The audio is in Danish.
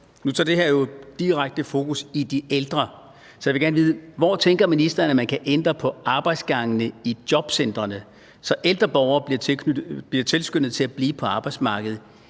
Nu har det her jo direkte fokus på de ældre. Så jeg vil gerne vide: Hvor tænker ministeren at man kan ændre på arbejdsgangene i jobcentrene, så ældre borgere bliver tilskyndet til at blive på arbejdsmarkedet,